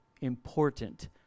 important